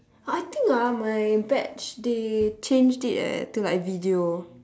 oh I think ah my batch they changed it eh to like video